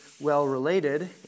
well-related